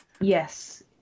Yes